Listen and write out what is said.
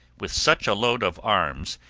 with such a load of arms,